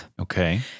Okay